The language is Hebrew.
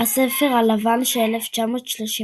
הספר הלבן של 1939.